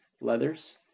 leathers